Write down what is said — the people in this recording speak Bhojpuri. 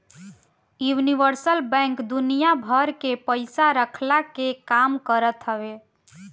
यूनिवर्सल बैंक दुनिया भर के पईसा रखला के काम करत हवे